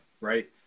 Right